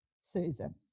Susan